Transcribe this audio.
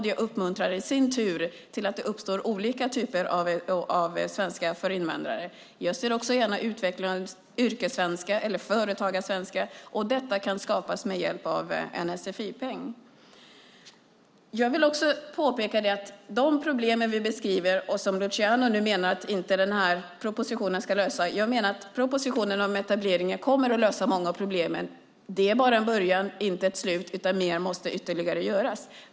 Det uppmuntrar i sin tur till olika typer av svenska för invandrare. Jag ser gärna yrkessvenska eller företagarsvenska, och detta kan skapas med hjälp av en sfi-peng. Luciano menar att de problem vi beskriver inte kommer att lösas med propositionen om etableringar. Jag vill påpeka att propositionen kommer att lösa många av problemen. Det är bara en början, inte ett slut, utan mer måste göras.